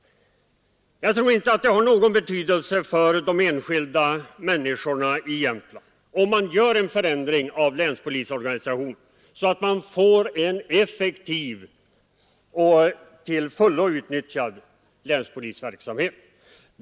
Jag tror inte att det har någon betydelse för de enskilda människorna i Jämtland om man företar en sådan förändring av länspolisorganisationen, så att vi får en effektiv och till fullo utnyttjad länspolisverksamhet.